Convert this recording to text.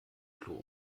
klo